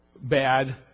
bad